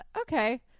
okay